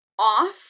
off